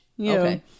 Okay